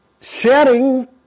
sharing